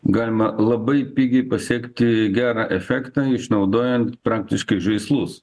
galima labai pigiai pasiekti gerą efektą išnaudojant praktiškai žaislus